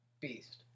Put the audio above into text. beast